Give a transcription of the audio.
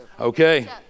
Okay